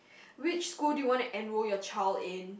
which school do you want to enrol your child in